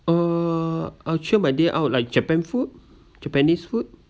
uh I cheer my day up like japan food japanese food